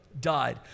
died